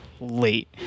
late